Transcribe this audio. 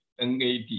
NAD